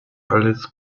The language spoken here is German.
alles